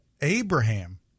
Abraham